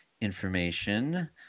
information